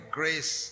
grace